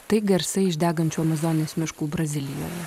tai garsai iš degančių amazonijos miškų brazilijoje